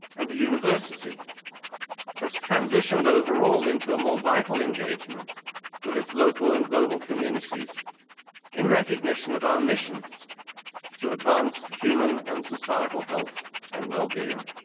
and the university has transitioned overall into a more vital engagement with its local and global communities in recognition of our mission to advance human and societal health and wellbeing.